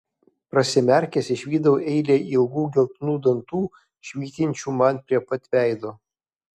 prasimerkęs išvydau eilę ilgų geltonų dantų švytinčių man prie pat veido